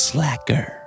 Slacker